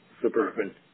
Suburban